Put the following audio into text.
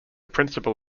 principal